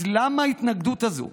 אז למה ההתנגדות הזאת?